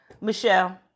Michelle